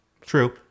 true